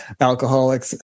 alcoholics